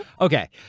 Okay